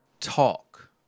talk